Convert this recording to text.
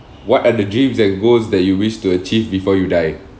what are the dreams and goals that you wish to achieve before you die